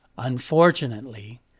Unfortunately